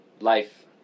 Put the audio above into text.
life